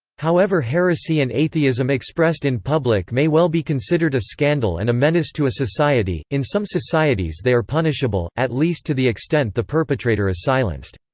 however heresy and atheism expressed in public may well be considered a scandal and a menace to a society in some societies they are punishable, at least to the extent the perpetrator is silenced.